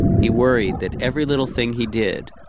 he worried that every little thing he did,